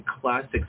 classic